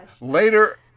Later